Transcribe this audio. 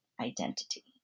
identity